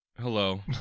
hello